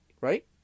right